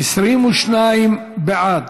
22 בעד,